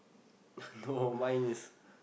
no mine is